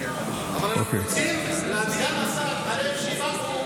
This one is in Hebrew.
זה דבר קשה מאוד וגם דבר שהוא לא סביר,